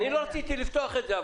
לא רציתי לפתוח את זה,